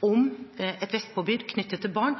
om et vestpåbud for barn,